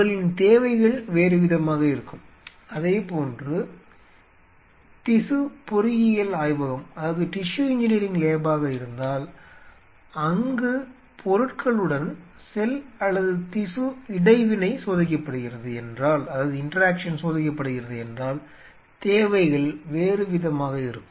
உங்களின் தேவைகள் வேறுவிதமாக இருக்கும் அதேபோன்று திசு பொறியியல் ஆய்வகமாக இருந்தால் அங்கு பொருட்களுடன் செல் அல்லது திசு இடைவினை சோதிக்கப்படுகிறது என்றால் தேவைகள் வேறுவிதமாக இருக்கும்